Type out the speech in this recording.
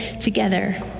together